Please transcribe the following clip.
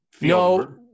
No